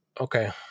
Okay